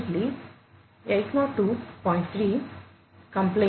3 complaint